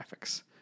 graphics